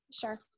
Sure